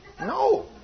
No